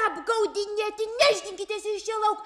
apgaudinėti nešdinkitės iš čia lauk